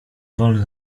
wolny